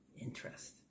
interest